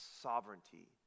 sovereignty